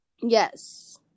Yes